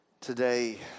today